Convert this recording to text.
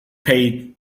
paid